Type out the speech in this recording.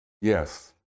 Yes